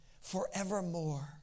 forevermore